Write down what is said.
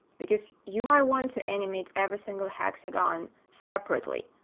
because you might want to animate every single hexagon separately.